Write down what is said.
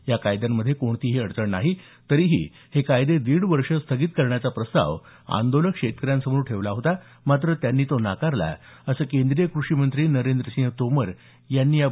या कायद्यांमध्ये कोणतीही अडचण नाही तरीही हे कायदे दीड वर्ष स्थगित करण्याचा प्रस्ताव आंदोलक शेतकऱ्यांसमोर ठेवला होता मात्र त्यांनी तो नाकारला असं केंद्रीय कृषी मंत्री नरेंद्र सिंह तोमर यांनी सांगितलं